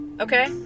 okay